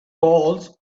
calls